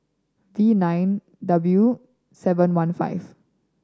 V nine W seven one five